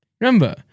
Remember